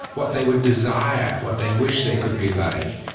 what they would desire, what they wish they could be like,